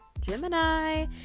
Gemini